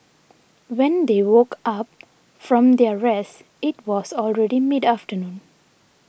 when they woke up from their rest it was already mid afternoon